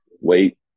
wait